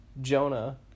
Jonah